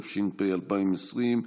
התש"ף 2020,